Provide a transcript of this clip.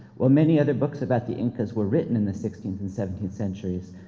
while many other books about the incas were written in the sixteenth and seventeenth centuries,